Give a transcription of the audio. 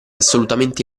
assolutamente